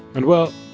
and well,